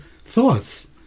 thoughts